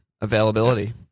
Availability